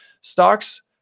stocks